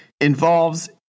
involves